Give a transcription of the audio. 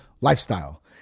lifestyle